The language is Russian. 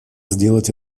сделать